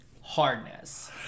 hardness